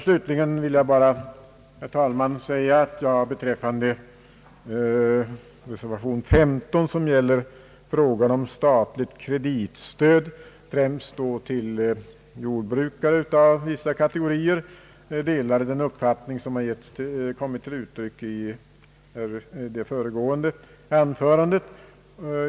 Slutligen vill jag, herr talman, bara säga att jag beträffande reservation 16, som gäller statligt kreditstöd, främst till jordbrukare av vissa kategorier, delar den uppfattning som kommit till uttryck i det föregående anförandet.